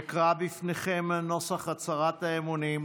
אקרא בפניכם את נוסח הצהרת האמונים,